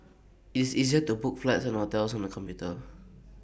it's easy to book flights and hotels on the computer